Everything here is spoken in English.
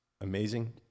amazing